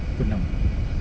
pukul enam